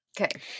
okay